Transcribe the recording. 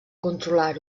controlar